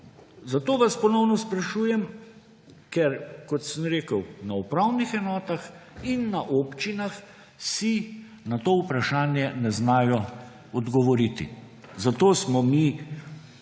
zato vas ponovno sprašujem, ker – kot sem rekel – na upravnih enotah in na občinah si na to vprašanje ne znajo odgovoriti. Zato smo mi